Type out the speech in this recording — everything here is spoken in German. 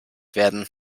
werden